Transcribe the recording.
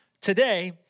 today